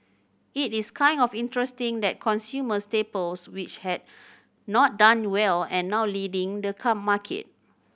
it is kind of interesting that consumer staples which had not done well and now leading the come market